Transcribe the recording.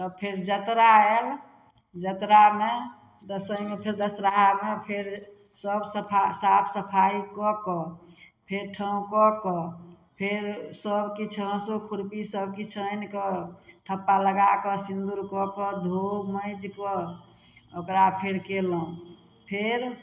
तब चावल जतरा आएल जतरामे दशमीमे फेर दशरहामे फेर सब सफा साफ सफाइ कऽ कऽ फेर ठाँउ कऽ कऽ फेर सबकिछु हाँसु खुरपी सबकिछु आनि कऽ थप्पा लगा कऽ सिन्दूर कऽ कऽ धो माजि कऽ ओकरा फेर कयलहुँ फेर